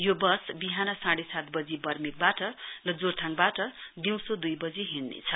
यो बस बिहान साँड़े सात बजी वर्मेकबाट र जोरथाङबाट दिउँसो दुई बजी हिँडनेछ